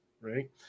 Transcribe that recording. right